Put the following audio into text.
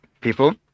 people